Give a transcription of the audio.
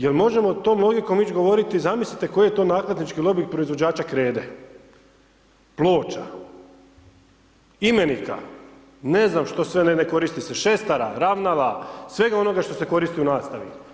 Je li možemo tom logikom ići govoriti, zamislite koji je to nakladnički lobi proizvođača krede, ploča, imenika, ne znam što sve ne ne koristi se, šestara, ravnala, svega onoga što se koristi u nastavi.